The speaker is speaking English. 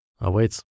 awaits